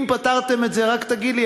אם פתרתם את זה, רק תגיד לי.